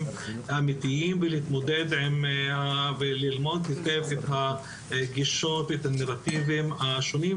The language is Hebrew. אמיתיים ללמוד את הנרטיבים השונים,